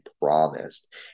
promised